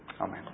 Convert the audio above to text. Amen